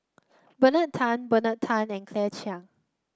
Bernard Tan Bernard Tan and Claire Chiang